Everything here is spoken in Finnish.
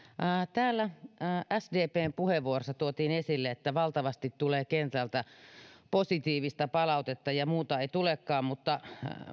täällä sdpn puheenvuorossa tuotiin esille että valtavasti tulee kentältä positiivista palautetta ja muuta ei tulekaan mutta